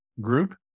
group